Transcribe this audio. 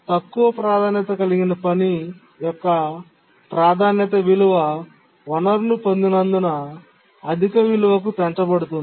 తక్కువ ప్రాధాన్యత కలిగిన పని యొక్క ప్రాధాన్యత విలువ వనరును పొందినందున అధిక విలువకు పెంచబడుతుంది